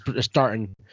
starting